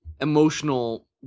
emotional